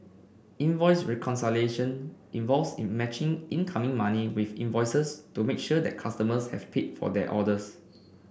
invoice reconciliation involves in matching incoming money with invoices to make sure that customers have paid for their orders